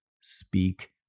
Speak